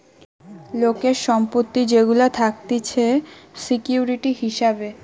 লোকের সম্পত্তি যেগুলা থাকতিছে সিকিউরিটি হিসাবে